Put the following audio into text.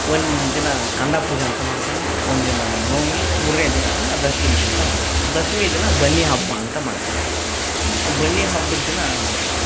ಒಂದು ದಿನ ಖಂಡ ಪೂಜಾ ಅಂತ ಮಾಡ್ತೀವಿ ಒಂದಿನ ನವಮಿ ಮೂರನೇ ದಿನನ ದಶಮಿ ಅಂತ ಮಾಡ್ತೀವಿ ದಶಮಿ ದಿನ ಬನ್ನಿ ಹಬ್ಬ ಅಂತ ಮಾಡ್ತೀವಿ ಬನ್ನಿ ಹಬ್ಬದ ದಿನ